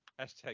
hashtag